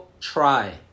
try